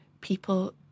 people